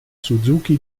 suzuki